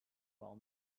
while